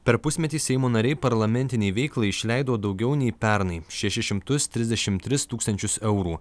per pusmetį seimo nariai parlamentinei veiklai išleido daugiau nei pernai šešis šimtus trisdešim tris tūkstančius eurų